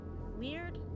weird